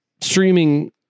streaming